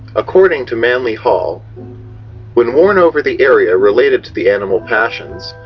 according to manly hall when worn over the area related to the animal passions,